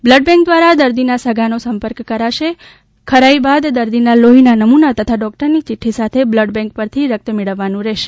blood bank દ્વારા દર્દીના સગાનો સંપર્ક કરાશે ખરાઇ બાદ દર્દીના લોફીના નમૂના તથા ડોકટરની ચિક્રી સાથે બલ્ડ બેંક પરથી રકત મેળવવાનું રહેશે